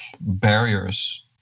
barriers